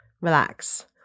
relax